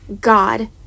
God